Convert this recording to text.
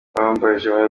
uwambajemariya